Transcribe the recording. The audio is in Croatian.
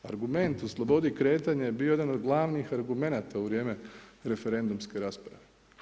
Argument u slobodi kretanja, je bio jedan od glavnih argumenata u vrijeme referendumske rasprave.